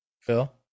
Phil